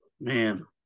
Man